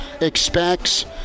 expects